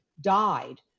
died